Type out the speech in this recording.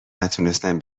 نتونستم